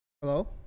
Hello